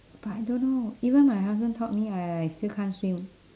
but I don't know even my husband taught me I I still can't swim